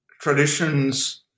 traditions